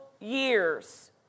years